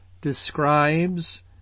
describes